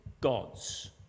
gods